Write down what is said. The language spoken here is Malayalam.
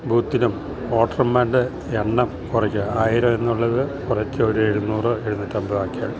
ബൂത്തിലും ഓട്ടർമാര്ടെ എണ്ണം കൊറയ്ക്ക ആയിരവെന്നൊള്ളത് കൊറച്ച് ഒരെഴ്ന്നൂറോ എഴുന്നൂറ്റമ്പതോ ആക്ക്യാൽ